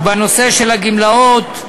ובנושא של הגמלאות,